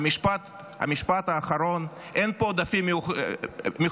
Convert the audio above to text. המשפט האחרון: אין פה עודפים מחויבים.